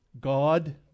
God